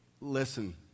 Listen